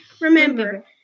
Remember